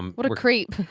um what a creep.